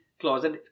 closet